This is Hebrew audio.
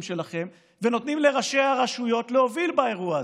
שלכם ונותנים לראשי הרשויות להוביל באירוע הזה,